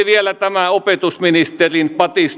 vielä tämä opetusministerin patistuskirje